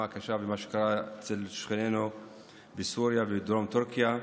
הקשה ומה שקרה אצל שכנינו בסוריה ובדרום טורקיה.